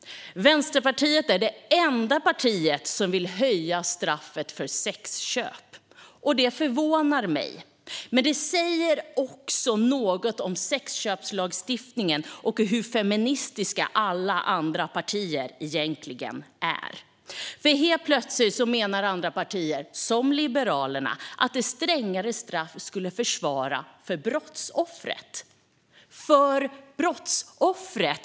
Vänsterpartiet är det enda parti som vill höja straffet för sexköp. Det förvånar mig. Men det säger också något om sexköpslagstiftningen och om hur feministiska alla andra partier egentligen är. För helt plötsligt menar andra partier, som Liberalerna, att ett strängare straff skulle försvåra för brottsoffret - för brottsoffret!